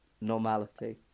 normality